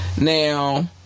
Now